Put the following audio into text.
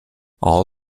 all